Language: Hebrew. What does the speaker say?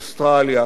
אוסטרליה,